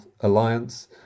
Alliance